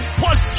plus